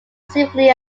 seemingly